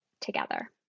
together